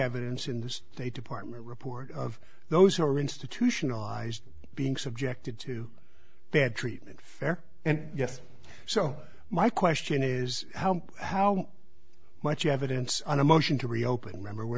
evidence in the state department report of those who are institutionalized being subjected to bad treatment fair and yes so my question is how how much evidence on a motion to reopen remember we're